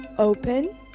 Open